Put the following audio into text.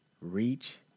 reach